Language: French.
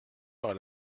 par